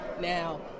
Now